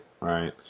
right